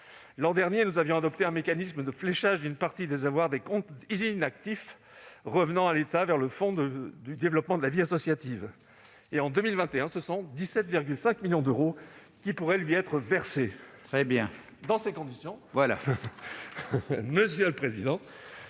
L'an dernier, nous avions adopté un mécanisme de fléchage d'une partie des avoirs des comptes inactifs revenant à l'État vers le fonds pour le développement de la vie associative (FDVA).En 2021, ce sont 17,5 millions d'euros qui pourraient ainsi lui être versés. Dans ces conditions, la commission